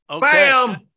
Bam